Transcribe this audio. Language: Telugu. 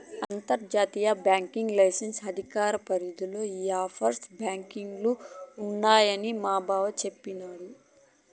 అంతర్జాతీయ బాంకింగ్ లైసెన్స్ అధికార పరిదిల ఈ ఆప్షోర్ బాంకీలు ఉండాయని మాబావ సెప్పిన్నాడు